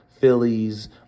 Phillies